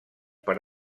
per